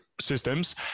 systems